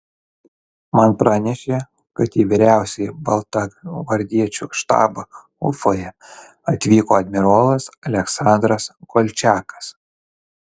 man pranešė kad į vyriausiąjį baltagvardiečių štabą ufoje atvyko admirolas aleksandras kolčiakas